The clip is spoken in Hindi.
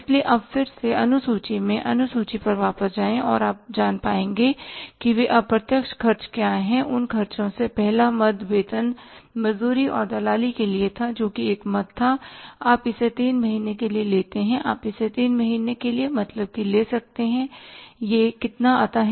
इसलिए अब फिर से अनुसूची से अनुसूची पर वापस जाएं और आप जान पाएंगे कि वे अप्रत्यक्ष खर्च क्या हैं उन खर्चों में से पहला मद वेतन मजदूरी और दलाली के लिए था जो कि एक मद था और आप इसे तीन महीने के लिए लेते हैं आप इसे 3 महीने के लिए मतलब कि ले सकते हैं कि यह कितना आता है